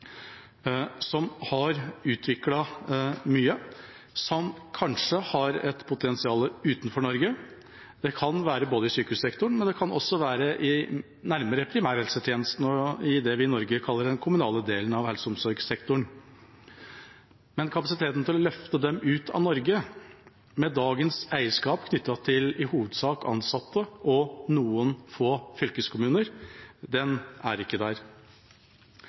har utviklet mye, og de har kanskje et potensial utenfor Norge – det kan være i sykehussektoren, men det kan også være nærmere primærhelsetjenesten og i det vi i Norge kaller den kommunale delen av helse- og omsorgssektoren. Men kapasiteten til å løfte dem ut av Norge, med dagens eierskap hovedsakelig knyttet til ansatte og noen få fylkeskommuner, den er ikke der.